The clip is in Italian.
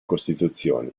costituzioni